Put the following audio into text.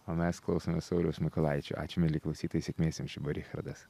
o mes klausomės sauliaus mykolaičio ačiū mieli klausytojai sėkmės jums čia buvo richardas